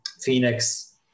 Phoenix